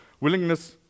Willingness